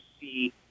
see